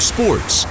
Sports